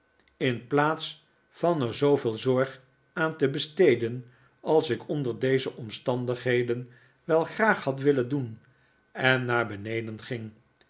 in plaats van er zooveel zorg aan te besteden als ik onder deze omstandigheden wel graag had willen doen en naar beneden ging